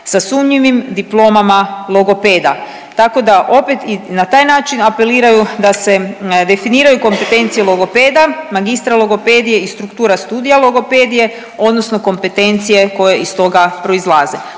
sa sumnjivim diplomama logopeda. Tako da opet i na taj način apeliraju da se definiraju kompetencije logopeda, magistra logopedije i struktura studija logopedije odnosno kompetencije koje iz toga proizlaze,